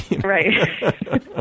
Right